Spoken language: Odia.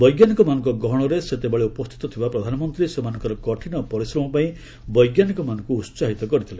ବୈଜ୍ଞାନିକମାନଙ୍କ ଗହଣରେ ସେତେବେଳେ ଉପସ୍ଥିତ ଥିବା ପ୍ରଧାନମନ୍ତ୍ରୀ ସେମାନଙ୍କର କଠିନ ପରିଶ୍ରମ ପାଇଁ ବୈଜ୍ଞାନିକମାନଙ୍କୁ ଉତ୍ସାହିତ କରିଥିଲେ